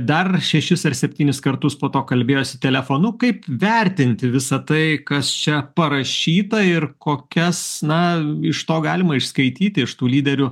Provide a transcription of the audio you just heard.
dar šešis ar septynis kartus po to kalbėjosi telefonu kaip vertinti visa tai kas čia parašyta ir kokias na iš to galima išskaityti iš tų lyderių